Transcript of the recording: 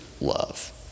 love